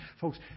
folks